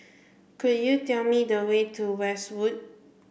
could you tell me the way to Westwood